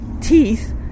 teeth